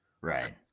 Right